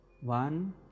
one